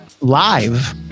live